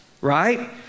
right